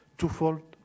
twofold